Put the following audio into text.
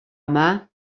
yma